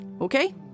okay